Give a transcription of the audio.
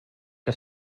que